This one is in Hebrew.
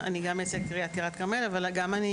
שמי